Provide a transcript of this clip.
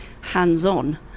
hands-on